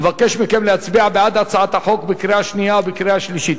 ומבקש מכם להצביע בעד הצעת החוק בקריאה השנייה ובקריאה השלישית.